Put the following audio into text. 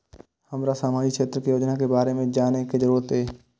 हमरा सामाजिक क्षेत्र के योजना के बारे में जानय के जरुरत ये?